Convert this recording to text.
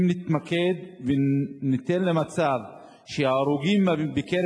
אם נתמקד ונגיע למצב שההרוגים בקרב